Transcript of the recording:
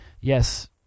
Yes